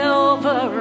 over